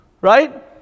right